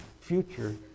future